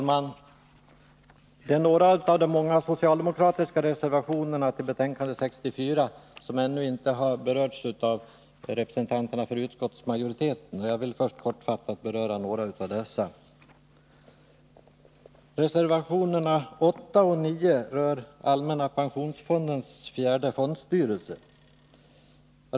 Fru talman! Några av de många socialdemokratiska reservationerna till betänkande 64 har ännu inte berörts av representanter för utskottsmajoriteten. Jag vill först kortfattat kommentera några av reservationerna. Reservationerna 8 och 9 rör allmänna pensionsfondens fjärde fondstyrelse.